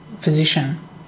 position